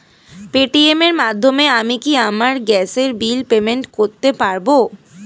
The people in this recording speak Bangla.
পেটিএম এর মাধ্যমে আমি কি আমার গ্যাসের বিল পেমেন্ট করতে পারব?